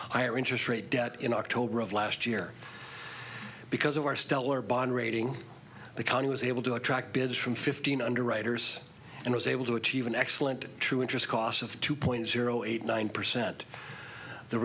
higher interest rate debt in october of last year because of our stellar bond rating the county was able to attract bids from fifteen underwriters and was able to achieve an excellent true interest cost of two point zero eight nine percent the